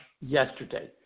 yesterday